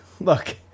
look